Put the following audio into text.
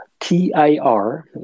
T-I-R